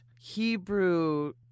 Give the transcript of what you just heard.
Hebrew